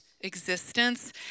existence